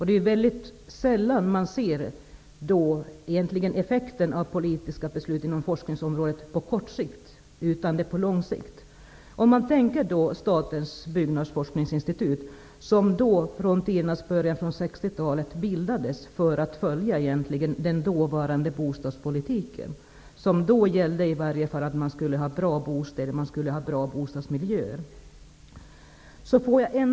Det är mycket sällan som man ser effekten av politiska beslut inom forskningsområdet på kort sikt, utan det är på lång sikt. 60-talet för att följa den dåvarande bostadspolitiken, som då gällde att man skulle ha bra bostäder och bra bostadsmiljöer.